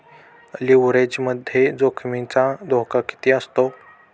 लिव्हरेजमध्ये जोखमीचा धोका किती असतो?